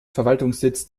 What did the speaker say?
verwaltungssitz